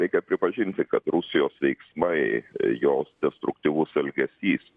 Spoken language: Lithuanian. reikia pripažinti kad rusijos veiksmai jos destruktyvus elgesys